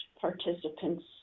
participants